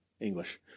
English